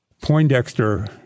Poindexter